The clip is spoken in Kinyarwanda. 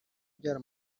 ubyara